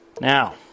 Now